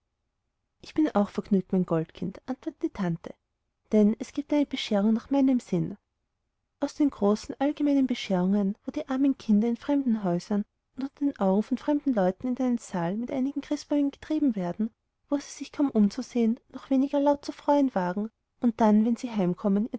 ich bin auch vergnügt mein goldkind antwortete die tante denn das gibt eine bescherung nach meinem sinn aus den großen allgemeinen bescherungen wo die armen kinder in fremden häusern und unter den augen von fremden leuten in einen saal mit einigen christbäumen getrieben werden wo sie sich kaum umzusehen noch weniger sich laut zu freuen wagen und dann wenn sie heimkommen